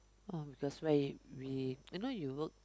orh because why we~ you know you work